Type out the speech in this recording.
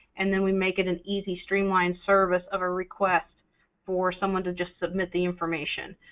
and then we make it an easy streamlined service of a request for someone to just submit the information.